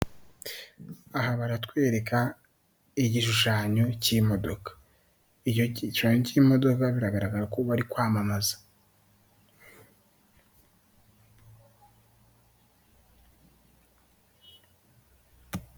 Aha baratwereka igishushanyo k'imodoka icyo gishushanyo k'modoka biragaragara ko bari kwamamaza.